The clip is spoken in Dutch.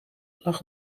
lag